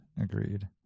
Agreed